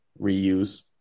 reuse